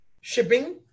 shipping